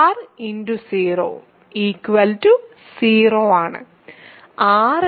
0 0 ആണ്